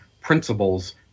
principles